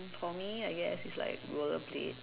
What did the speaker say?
for me I guess it's like roller blade